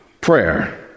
Prayer